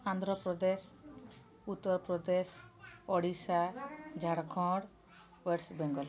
Andhra Pradesh Uttar Pradesh Odisha Jharkhand West Bengal